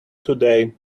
today